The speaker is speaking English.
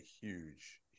huge